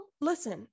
listen